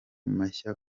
mashya